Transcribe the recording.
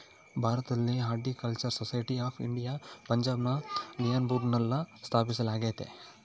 ಭಾರತದಲ್ಲಿ horticultural society of India ಪಂಜಾಬ್ನ ಲಿಯಾಲ್ಪುರ್ನಲ್ಲ ಸ್ಥಾಪಿಸಲಾಗ್ಯತೆ